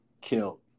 killed